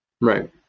right